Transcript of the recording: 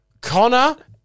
Connor